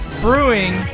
Brewing